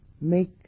make